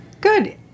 Good